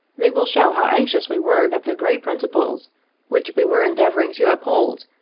they will show how anxious we were that the great principles which we were endeavoring to uphold,